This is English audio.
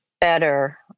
better